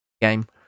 game